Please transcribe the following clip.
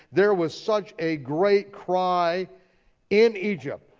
there was such a great cry in egypt.